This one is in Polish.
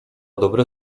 dobre